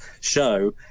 show